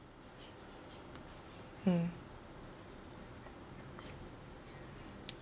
mm